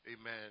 amen